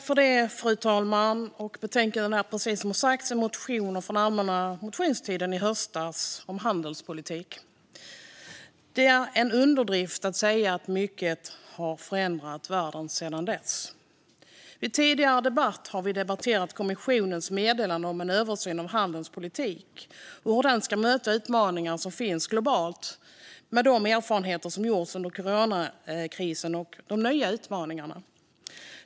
Fru talman! Detta betänkande behandlar, precis som har sagts, motioner från allmänna motionstiden i höstas om handelspolitik. Det är en underdrift att säga att mycket har förändrat världen sedan dess. I en tidigare debatt har vi debatterat kommissionens meddelande om en översyn av handelspolitiken och hur den ska möta utmaningar som finns globalt med de erfarenheter som har gjorts under coronakrisen och de nya utmaningarna.